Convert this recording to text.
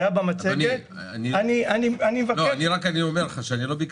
האדם היה פה בזכות דיבור ואני מבקש לתת לו להמשיך